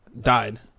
died